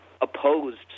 opposed